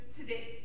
today